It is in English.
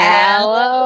Hello